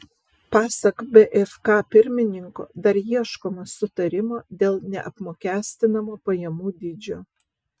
pasak bfk pirmininko dar ieškoma sutarimo dėl neapmokestinamo pajamų dydžio